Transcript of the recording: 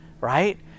right